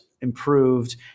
improved